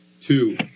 Two